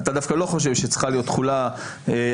אתה דווקא לא חושב שצריכה להיות תחולה עתידית,